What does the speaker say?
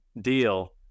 deal